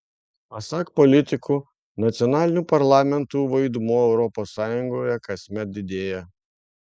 pasak politikų nacionalinių parlamentų vaidmuo europos sąjungoje kasmet didėja